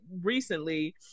recently